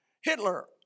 Hitler